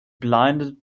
blinded